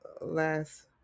last